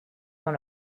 dans